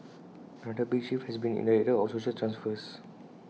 another big shift has been in the area of social transfers